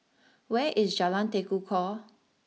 where is Jalan Tekukor